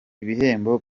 ibihembo